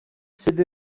sydd